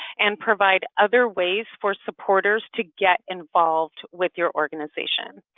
and provide other ways for supporters to get involved with your organization.